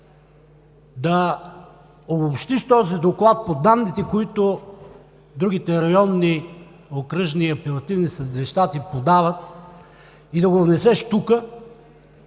да обобщиш този доклад по данните, които другите районни, окръжни и апелативни съдилища ти подават, и да го внесеш тук